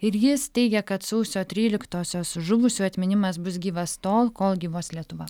ir jis teigia kad sausio tryliktosios žuvusiųjų atminimas bus gyvas tol kol gyvuos lietuva